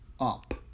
up